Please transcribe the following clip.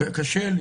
זה חשש שאני מבין,